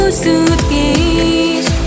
suitcase